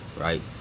right